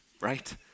right